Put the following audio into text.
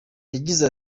yagize